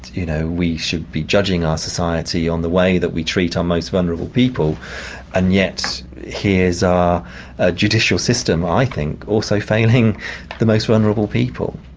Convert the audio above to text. you know, we should be judging our society on the way that we treat our most vulnerable people and yet here's our judicial system, i think, also failing the most vulnerable people.